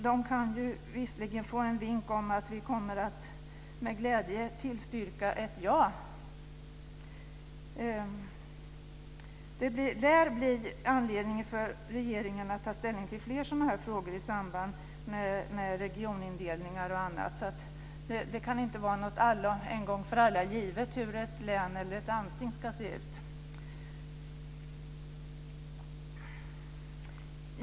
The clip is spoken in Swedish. De kan visserligen få en vink om att vi med glädje kommer att tillstyrka ett ja. Där blir det anledning för regeringen att ta ställning till flera sådana här frågor i samband med regionindelningar och annat, så att det kan inte vara någonting en gång för alla givet hur ett län eller ett landsting ska se ut.